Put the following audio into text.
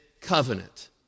covenant